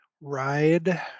ride